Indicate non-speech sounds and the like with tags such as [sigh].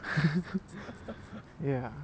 [laughs] ya